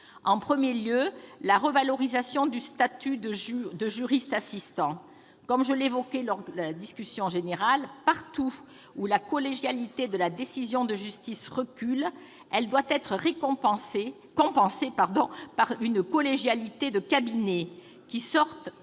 je songe à la revalorisation du statut de juriste assistant. Je l'évoquais lors de la discussion générale : partout où elle recule, la collégialité de la décision de justice doit être compensée par une collégialité de cabinet, qui sorte